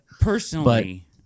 personally